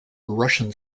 russian